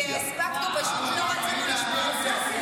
מיקי, הספקנו, פשוט לא